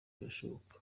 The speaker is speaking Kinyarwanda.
birashoboka